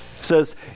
Says